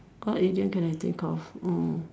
what idiom can I think of mm